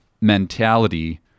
mentality